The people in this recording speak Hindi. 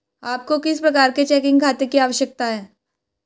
आपको किस प्रकार के चेकिंग खाते की आवश्यकता है?